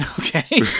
okay